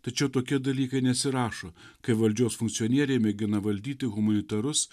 tačiau tokie dalykai nesirašo kai valdžios funkcionieriai mėgina valdyti humanitarus